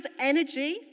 energy